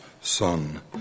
Son